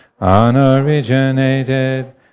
unoriginated